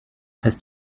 has